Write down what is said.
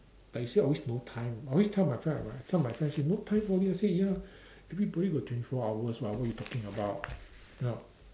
like you say always say no time I always tell my friend some of my friends say no time for me I say ya everybody got twenty four hours what what you talking about you know